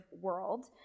world